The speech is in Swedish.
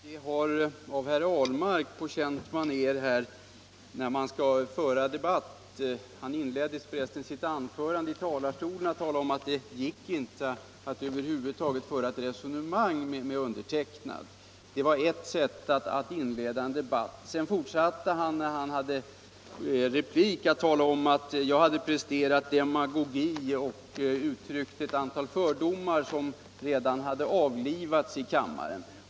Herr talman! Herr Ahlmark har på känt maner visat hur man skall föra en debatt. Han inledde sitt anförande i talarstolen med att framhålla att det över huvud taget inte gick att föra ett resonemang med mig. Det var hans sätt att inleda en debatt. I sin replik talade herr Ahlmark om att jag hade presterat demagogi och uttryckt ett antal fördomar, som redan hade avlivats i kammaren.